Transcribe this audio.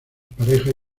parejas